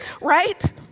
right